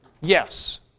Yes